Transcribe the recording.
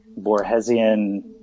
Borgesian